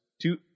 Two